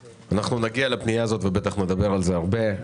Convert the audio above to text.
נגיע לפנייה הזאת ובטח דבר עליה הרבה.